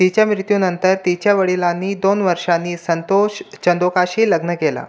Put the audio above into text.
तिच्या मृत्यूनंतर तिच्या वडिलांनी दोन वर्षांनी संतोष चंदोकाशी लग्न केलं